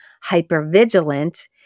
hyper-vigilant